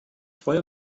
freue